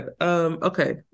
Okay